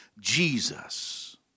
Jesus